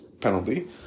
penalty